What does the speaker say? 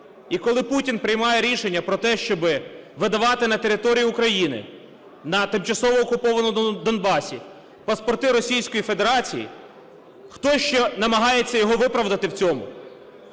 і коли Путін приймає рішення про те, щоби видавати на території України, на тимчасово окупованому Донбасі паспорти Російської Федерації, хто ще намагається його виправдати в цьому?